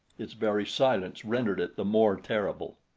its very silence rendered it the more terrible.